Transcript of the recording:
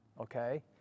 okay